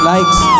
Likes